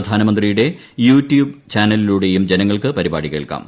പ്രധാനമന്ത്രിയുടെ യൂടൂബ് ചാനലിലൂടെയും ജനങ്ങൾക്ക് പരിപാടി കേൾക്കാം